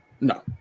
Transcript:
No